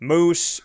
Moose